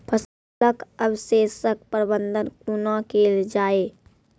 फसलक अवशेषक प्रबंधन कूना केल जाये?